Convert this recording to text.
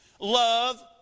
Love